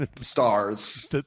stars